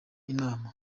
inama